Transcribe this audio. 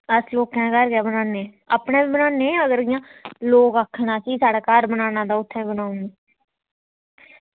अस लोकें दे घर गै बनाने अपने बी बनाने अगर इ'यां लोक आक्खना कि साढ़े घर बनाना ते ओह् उत्थें बी बनाई ओड़ने